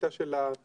המקטע של ההולכה,